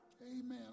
amen